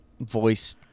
voice